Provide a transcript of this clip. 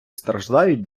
страждають